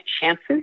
chances